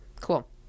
Cool